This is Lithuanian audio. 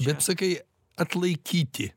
bet sakei atlaikyti